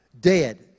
dead